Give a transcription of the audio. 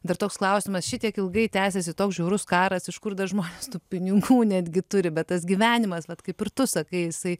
dar toks klausimas šitiek ilgai tęsiasi toks žiaurus karas iš kur dar žmonės tų pinigų netgi turi bet tas gyvenimas vat kaip ir tu sakai jisai